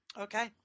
Okay